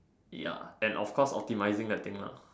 ya and of course optimizing the thing lah